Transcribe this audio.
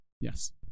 Yes